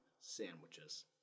sandwiches